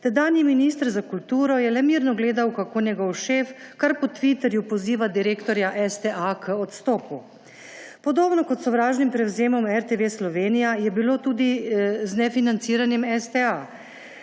Tedanji minister za kulturo je le mirno gledal, kako njegov šef kar po Twitterju poziva direktorja STA k odstopu. Podobno kot s sovražnim prevzemom RTV Slovenija je bilo tudi z nefinanciranjem STA.